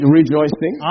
rejoicing